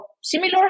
similar